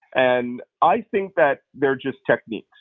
and i think that they're just techniques,